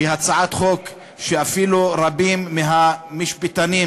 היא הצעת חוק שאפילו רבים מהמשפטנים,